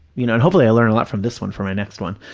you know, and hopefully i learn a lot from this one for my next one.